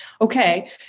okay